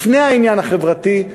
לפני העניין החברתי,